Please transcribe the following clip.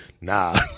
Nah